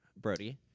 Brody